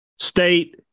State